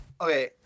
Okay